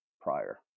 prior